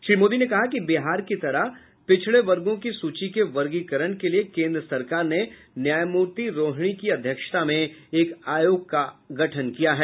श्री मोदी ने कहा कि बिहार की तरह पिछड़े वर्गों की सूची के वर्गीकरण के लिए केन्द्र सरकार ने न्यायमूर्ति रोहिणी की अध्यक्षता में एक आयोग का गठन किया है